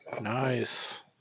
nice